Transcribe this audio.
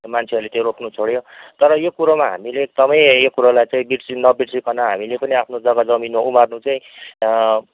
मान्छेहरूले त्यो रोप्नु छोड्यो तर यो कुरोमा हामीले एकदमै यो कुरोलाई चाहिँ बिर्सिनु नबिर्सिकन हामीले पनि आफ्नो जग्गा जमिनमा उमार्नु चाहिँ